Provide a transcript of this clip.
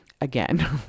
again